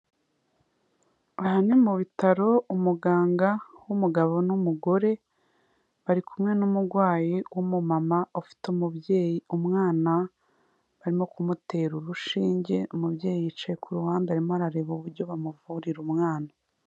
Aha ni mu bitaro umuganga w'umugabo n'umugore bari kumwe n'umurwayi w'umumama ufite umubyeyi umwana barimo kumutera urushinge, umubyeyi yicaye ku ruhande arimo arareba uburyo bamuvurira umwana.